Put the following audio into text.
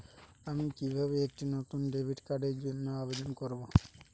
আমি কিভাবে একটি নতুন ডেবিট কার্ডের জন্য আবেদন করব?